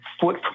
foot